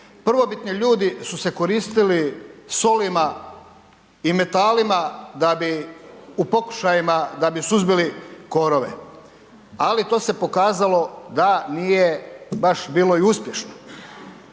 Prvobitni ljudi su se koristili solima i metalima da bi u pokušajima da bi suzbili korove, ali to se pokazalo da nije baš bilo i uspješno.